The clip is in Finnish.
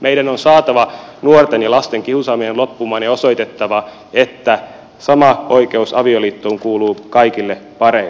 meidän on saatava nuorten ja lasten kiusaaminen loppumaan ja osoitettava että sama oikeus avioliittoon kuuluu kaikille pareille